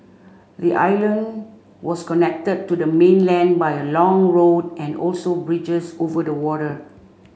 the island was connected to the mainland by a long road and also bridges over the water